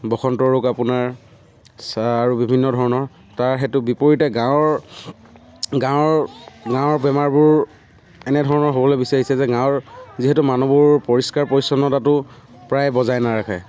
বসন্ত ৰোগ আপোনাৰ আৰু বিভিন্ন ধৰণৰ তাৰ সেইটোৰ বিপৰীতে গাঁৱৰ গাঁৱৰ গাঁৱৰ বেমাৰবোৰ এনেধৰণৰ হ'বলৈ বিচাৰিছে যে গাঁৱৰ যিহেতু মানুহবোৰ পৰিষ্কাৰ পৰিচ্ছন্নতাটো প্ৰায় বজাই নাৰাখে